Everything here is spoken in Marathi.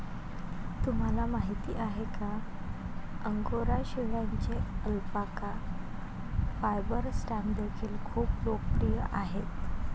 तुम्हाला माहिती आहे का अंगोरा शेळ्यांचे अल्पाका फायबर स्टॅम्प देखील खूप लोकप्रिय आहेत